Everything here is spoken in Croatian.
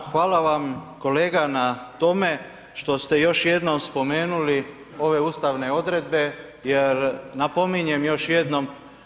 Da, hvala vam kolega na tome što ste još jednom spomenuli ove ustavne odredbe jer napominjem, još jednom.